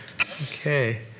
Okay